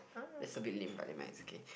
is a bit lame but never mind it's okay